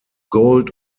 gold